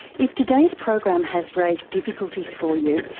if today's program has raised difficulties for you,